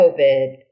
COVID